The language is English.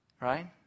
Right